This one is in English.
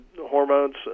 hormones